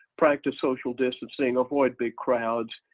practice social distancing, avoid big crowds,